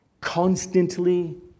constantly